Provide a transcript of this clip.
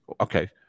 Okay